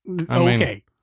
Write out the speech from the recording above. okay